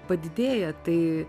padidėja tai